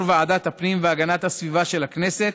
ועדת הפנים והגנת הסביבה של הכנסת,